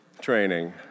training